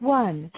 one